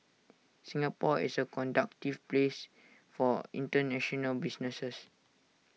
Singapore is A conductive place for International businesses